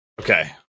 Okay